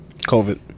COVID